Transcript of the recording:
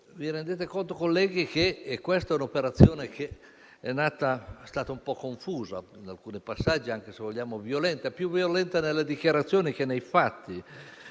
Vi rendete conto, colleghi, che questa è un'operazione che è stata un po' confusa e in alcuni passaggi anche, se vogliamo, violenta, più violenta nelle dichiarazioni che nei fatti.